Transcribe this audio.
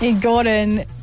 Gordon